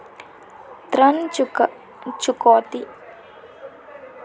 ऋण चुकौती में एक गारंटीकर्ता का क्या कार्य है?